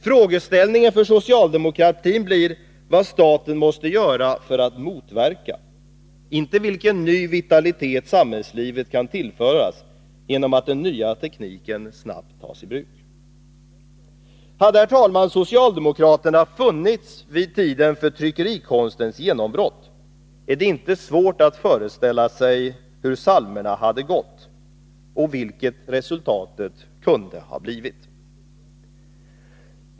Frågeställningen för socialdemokraterna blir vad staten måste göra för att motverka utvecklingen — inte vilken ny vitalitet samhällslivet kan tillföras genom att den nya tekniken snabbt tas i bruk. Hade socialdemokraterna funnits vid tiden för tryckerikonstens genombrott, är det inte svårt att föreställa sig hur psalmerna kunde ha gått och vilket resultatet kunde ha blivit.